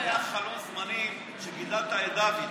היה חלון זמנים שגידלת את דוד.